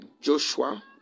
joshua